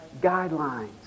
guidelines